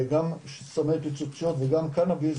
גם סמי פיצוציות וגם קנאביס,